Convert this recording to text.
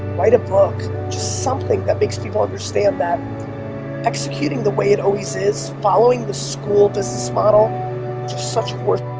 write a book. just something that makes people understand that executing the way it always is, following the school business model is just such horse.